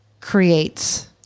creates